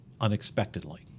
unexpectedly